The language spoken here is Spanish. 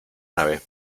nave